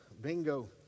bingo